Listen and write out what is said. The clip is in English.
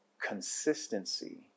consistency